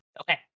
Okay